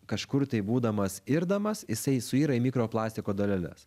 kažkur tai būdamas irdamas jisai suyra į mikroplastiko daleles